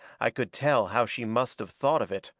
i could tell how she must have thought of it,